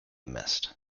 missed